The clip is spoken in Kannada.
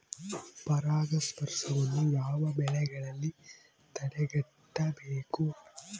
ಪರಾಗಸ್ಪರ್ಶವನ್ನು ಯಾವ ಬೆಳೆಗಳಲ್ಲಿ ತಡೆಗಟ್ಟಬೇಕು?